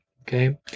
Okay